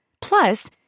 Plus